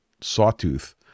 sawtooth